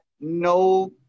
no